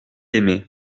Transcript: aimé